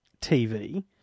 TV